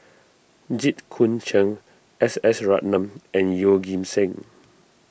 Jit Koon Cheng S S Ratnam and Yeoh Ghim Seng